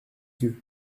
yeux